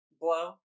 blow